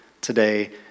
today